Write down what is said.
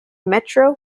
metro